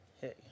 hey